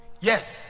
yes